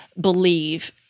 believe